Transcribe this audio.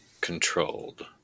Controlled